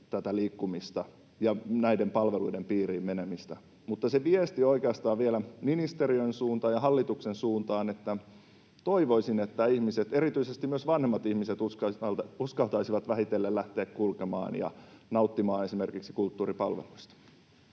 liikkumista ja palveluiden piiriin menemistä. Se viesti oikeastaan vielä ministeriön suuntaan ja hallituksen suuntaan, että toivoisin, että ihmiset, myös vanhemmat ihmiset, uskaltaisivat vähitellen lähteä kulkemaan ja nauttimaan esimerkiksi kulttuuripalveluista.